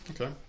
Okay